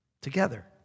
Together